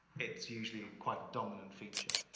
it's usually quite a dominant feature.